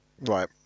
Right